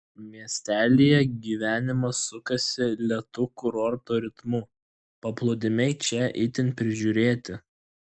miestelyje gyvenimas sukasi lėtu kurorto ritmu paplūdimiai čia itin prižiūrėti